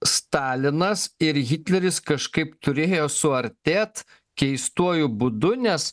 stalinas ir hitleris kažkaip turėjo suartėt keistuoju būdu nes